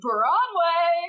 Broadway